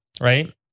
right